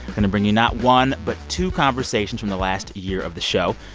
going to bring you not one but two conversations from the last year of the show,